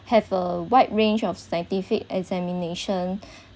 have a wide range of scientific examination